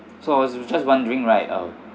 so I was just wondering right uh